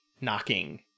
knocking